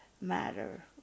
matter